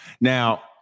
Now